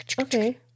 Okay